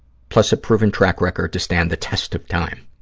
plus a proven track record to stand the test of time.